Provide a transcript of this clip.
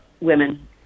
women